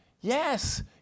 Yes